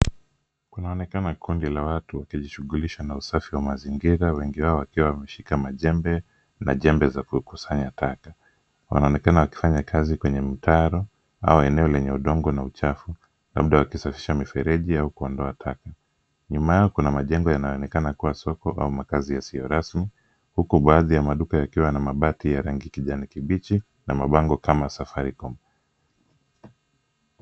Kunaonekana kundi la watu wakijishughulisha na usafi wa mazingira wengi wao wakiwa wameshika majembe na jembe za kukusanya taka. Wanaonekana wakifanya kazi kwenye mtaro, au eneo lenye udongo na uchafu na labda wakisafisha mifereji ya kuandoa taka. Nyuma kuna majengo yanayoonekana kuwa soko au makazi yasiyo rasmi, huku baadhi ya maduka yakiwa na mabati ya rangi ya kijani kibichi na mabango kama safaricom .